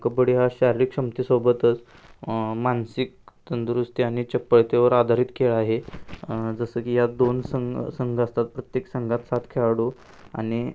कबड्डी हा शारीरिक क्षमतेसोबतच मानसिक तंदुरुस्ती आणि चपळतेवर आधारित खेळ आहे जसं की या दोन संघ संघ असतात प्रत्येक संघात सात खेळाडू आणि